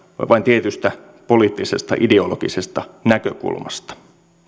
vain tietystä poliittisesta ideologisesta näkökulmasta